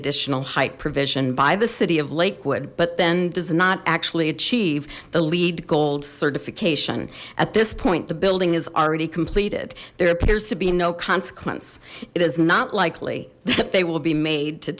additional height provision by the city of lakewood but then does not actually achieve the leed gold certification at this point the building is already completed there appears to be no consequence it is not likely that they will be made to